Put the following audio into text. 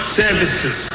services